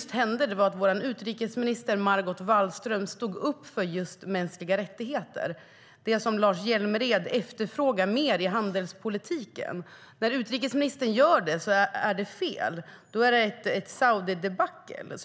hände var att vår utrikesminister Margot Wallström stod upp för just mänskliga rättigheter - det som Lars Hjälmered efterfrågar mer av i handelspolitiken. När utrikesministern gör så är det fel. Då är det ett Saudidebacle.